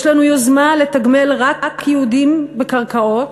יש לנו יוזמה לתגמל רק יהודים בקרקעות,